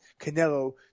Canelo